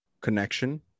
connection